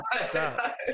Stop